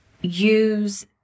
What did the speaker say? use